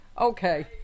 Okay